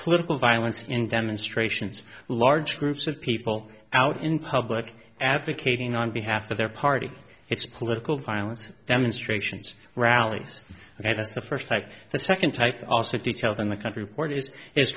political violence in demonstrations large groups of people out in public advocating on behalf of their party it's political violence demonstrations rallies and that's the first like the second type also details in the country port is i